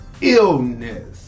illness